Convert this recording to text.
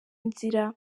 nzira